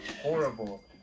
horrible